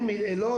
כלומר,